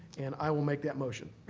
and i will make that motion.